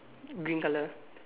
green color